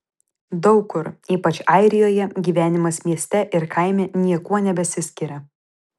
daug kur ypač airijoje gyvenimas mieste ir kaime niekuo nebesiskiria